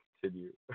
continue